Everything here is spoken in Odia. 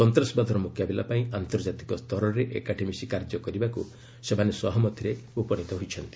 ସନ୍ତାସବାଦର ମୁକାବିଲା ପାଇଁ ଆନ୍ତର୍ଜାତିକ ସ୍ତରରେ ଏକାଠି ମିଶି କାର୍ଯ୍ୟ କରିବାକୁ ସେମାନେ ସହମତିରେ ଉପନୀତ ହୋଇଛନ୍ତି